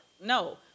No